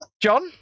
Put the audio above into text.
John